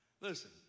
Listen